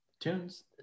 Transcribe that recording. Tunes